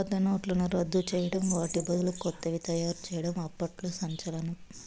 పాత నోట్లను రద్దు చేయడం వాటి బదులు కొత్తవి తయారు చేయడం అప్పట్లో సంచలనం